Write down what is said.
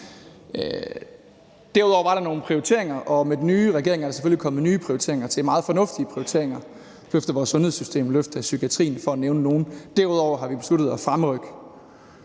Derudover var der nogle prioriteringer, og den nye regering er selvfølgelig kommet med nye prioriteringer, meget fornuftige prioriteringer, der løfter vores sundhedssystem og løfter psykiatrien, for at nævne nogle. Derudover har vi besluttet at fremrykke